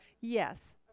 Yes